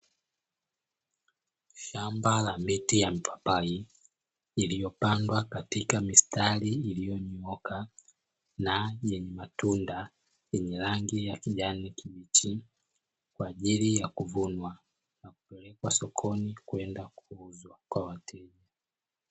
Shamba la miti ya mapapai, iliyopandwa katika mistari iliyonyooka na yenye matunda yenye rangi ya kijani kibichi, kwa ajili ya kuvunwa na kupelekwa sokoni kwenda kuuzwa kwa wateja.